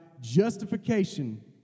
justification